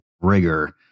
rigor